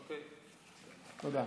תודה.